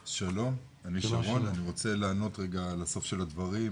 אני רוצה לענות רגע על הסוף של הדברים.